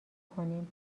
کنیم